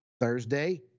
Thursday